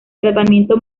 tratamiento